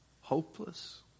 Hopeless